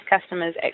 customers